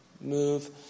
move